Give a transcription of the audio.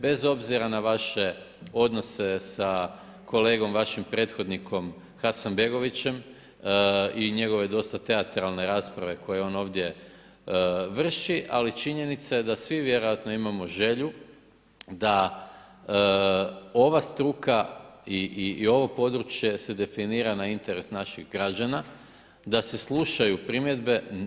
Bez obzira na vaše odnose sa kolegom vašim prethodnikom Hasanbegovićem i njegove dosta teatralne rasprave koje on ovdje vrši, ali činjenica je da svi vjerojatno imamo želju da ova struka i ovo područje se definira na interes naših građana, da se slušaju primjedbe.